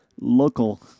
local